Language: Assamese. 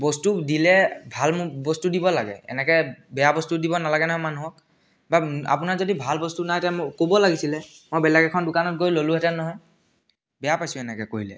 বস্তু দিলে ভাল বস্তু দিব লাগে এনেকৈ বেয়া বস্তু দিব নালাগে নহয় মানুহক বা আপোনাৰ যদি ভাল বস্তু নাই তে ক'ব লাগিছিলে মই বেলেগ এখন দোকানত গৈ ল'লোহেঁতেন নহয় বেয়া পাইছোঁ এনেকৈ কৰিলে